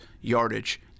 yardage